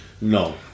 no